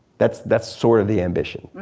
that's that's sort of the ambition.